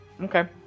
Okay